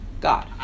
God